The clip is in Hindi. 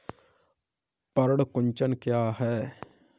पर्ण कुंचन क्या है?